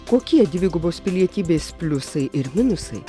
kokie dvigubos pilietybės pliusai ir minusai